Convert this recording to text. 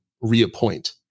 reappoint